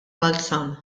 balzan